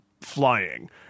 flying